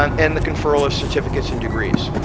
um and the conferral of certificates and degrees.